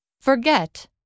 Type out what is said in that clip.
Forget